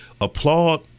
applaud